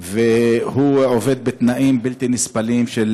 והוא עובד בתנאים בלתי נסבלים,